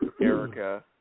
Erica